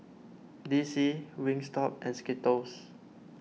D C Wingstop and Skittles